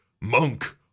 monk